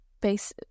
base